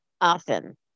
often